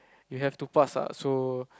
you have to pass ah so